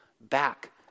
back